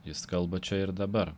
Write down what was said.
jis kalba čia ir dabar